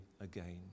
again